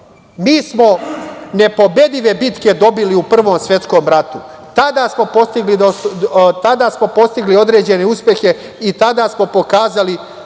smo nepobedive bitke dobili u Prvom svetskom ratu. Tada smo postigli određene uspehe i tada smo pokazali